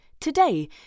today